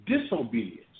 disobedience